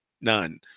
none